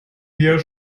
wir